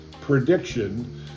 prediction